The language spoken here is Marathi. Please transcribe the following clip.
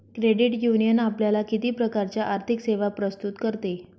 क्रेडिट युनियन आपल्याला किती प्रकारच्या आर्थिक सेवा प्रस्तुत करते?